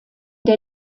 der